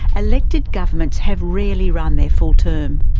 elected governments have rarely run their full term,